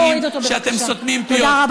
אני אומר עוד פעם: תוסיפי,